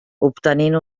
obtenint